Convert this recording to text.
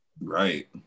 right